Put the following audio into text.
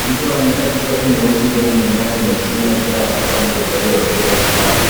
Mtu anaonyesha tishati nyeusi iliyoning'inia kwenye chuma ikiwa na picha ya mchezaji wa mpira wa kikapu